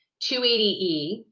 280E